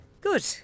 Good